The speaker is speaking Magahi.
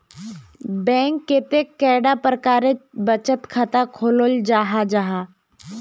बैंक कतेक कैडा प्रकारेर बचत खाता खोलाल जाहा जाहा?